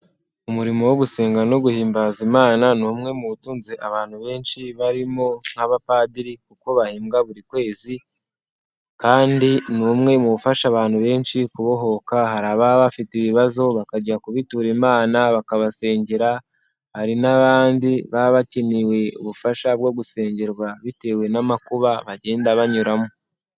Umurimo wo gusenga no guhimbaza Imana, ni umwe mu batunze abantu benshi barimo nk'abapadiri, kuko bahembwa buri kwezi, kandi ni umwe mu bafasha abantu benshi kubohoka, hari ababa bafite ibibazo bakajya kubitura Imana bakabasengera, hari n'abandi baba bakeneye ubufasha bwo gusengerwa bitewe n'amakuba bagenda banyuramo.